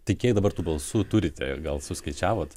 tai kiek dabar tų balsų turite gal suskaičiavot